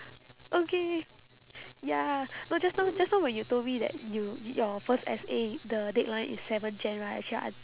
okay ya no just now just now when you told me that you your first essay the deadline is seven jan right actually I